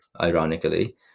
ironically